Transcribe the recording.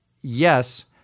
yes